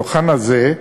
על הדוכן הזה,